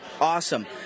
Awesome